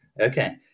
Okay